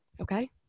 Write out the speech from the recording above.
Okay